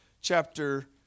chapter